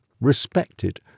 respected